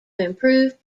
improve